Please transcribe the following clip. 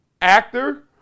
actor